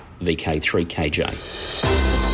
VK3KJ